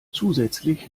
zusätzlich